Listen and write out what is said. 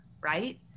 right